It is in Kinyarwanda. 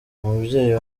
umubyeyi